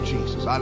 Jesus